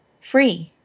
free